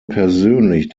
persönlich